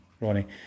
Ronnie